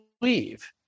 believe